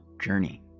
journey